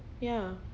ya